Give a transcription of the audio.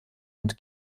und